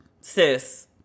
Sis